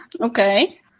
Okay